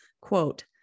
quote